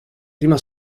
prima